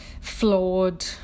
flawed